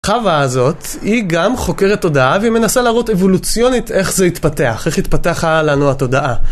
חווה הזאת, היא גם חוקרת תודעה והיא מנסה להראות אבולוציונית איך זה התפתח, איך התפתחה לנו התודעה.